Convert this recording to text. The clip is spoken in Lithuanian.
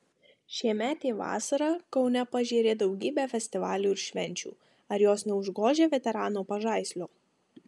šiemetė vasara kaune pažėrė daugybę festivalių ir švenčių ar jos neužgožia veterano pažaislio